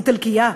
איטלקייה,